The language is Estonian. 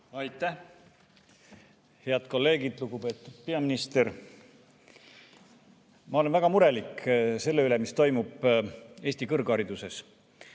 Aitäh! Head kolleegid! Lugupeetud peaminister! Ma olen väga murelik selle üle, mis toimub Eesti kõrghariduses.